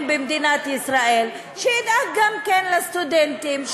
במדינת ישראל שידאג גם כן לסטודנטים,